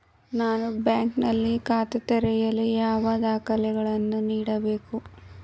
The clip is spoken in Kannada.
ನಾನು ಬ್ಯಾಂಕ್ ನಲ್ಲಿ ಖಾತೆ ತೆರೆಯಲು ಯಾವ ದಾಖಲೆಗಳನ್ನು ನೀಡಬೇಕು?